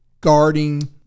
guarding